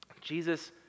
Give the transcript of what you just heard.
Jesus